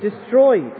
destroyed